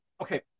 Okay